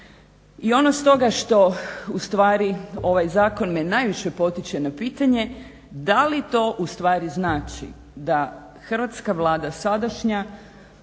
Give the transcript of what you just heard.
I ono stoga što ustvari ovaj zakon me najviše potiče na pitanje da li to ustvari znači da Hrvatska vlada sadašnja